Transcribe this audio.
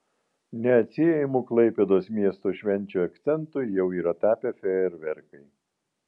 neatsiejamu klaipėdos miesto švenčių akcentu jau yra tapę fejerverkai